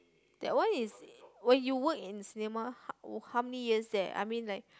that one is when you work in cinema h~ how many years there I mean like